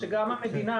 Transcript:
שגם המדינה,